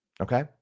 okay